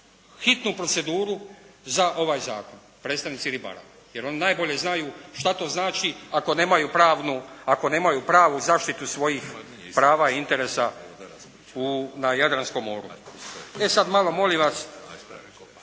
hitnu proceduru za ovaj zakon, predstavnici ribara je oni najbolje znaju šta to znači ako nemaju pravu zaštitu svojih prava i interesa na Jadranskom moru. E sada malo molim vas,